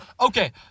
Okay